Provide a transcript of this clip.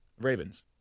Ravens